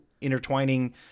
intertwining